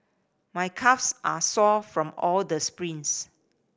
my calves are sore from all the sprints